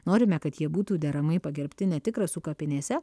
norime kad jie būtų deramai pagerbti ne tik rasų kapinėse